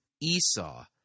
Esau